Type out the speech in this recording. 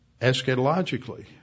eschatologically